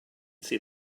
see